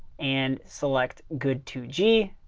and select good two g.